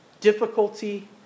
difficulty